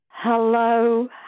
Hello